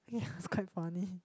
yeah it's quite funny